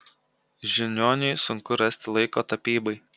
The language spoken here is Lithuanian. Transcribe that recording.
žiniuoniui sunku rasti laiko tapybai